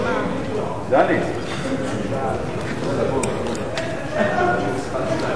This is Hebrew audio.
אדוני היושב-ראש, חברי חברי הכנסת,